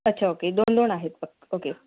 अच्छा ओके दोन दोन आहेत फक्त ओके